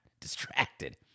distracted